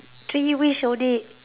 three wish only